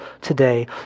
today